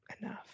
enough